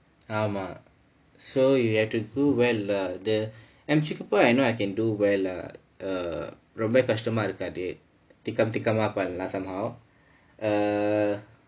ஆமா:aamaa so you have to do well lah the M_C_Q I know I can do well lah err ரொம்ப கஷ்டமா இருக்காது:romba kashtamaa irukkaathu tikam tikam ah பண்லாம்:panlaam somehow err